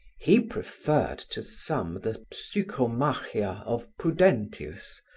he preferred to thumb the psychomachia of prudentius,